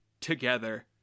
together